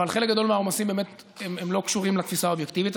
אבל חלק גדול מהעומסים לא קשורים לתפיסה האובייקטיבית.